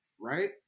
right